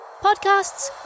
podcasts